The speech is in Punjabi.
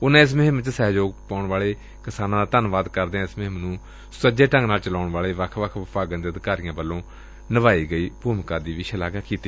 ਉਨਾਂ ਇਸ ਮੁਹਿੰਮ ਵਿੱਚ ਸਹਿਯੋਗ ਪਾਉਣ ਵਾਲੇ ਕਿਸਾਨਾਂ ਦਾ ਧੰਨਵਾਦ ਕਰਦਿਆ ਇਸ ਮੁਹਿਮ ਨੂੰ ਸੁਚਜੇ ਢੰਗ ਨਾਲ ਚਲਾਉਣ ਵਾਲੇ ਵੱਖ ਵੱਖ ਵਿਭਾਗਾ ਦੇ ਅਧਿਕਾਰੀਆ ਵੱਲੋ ਨਿਭਾਈ ਭੂਮਿਕਾ ਦੀ ਵੀ ਸ਼ਲਾਘਾ ਕੀਤੀ